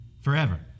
forever